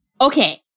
Okay